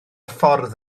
ffordd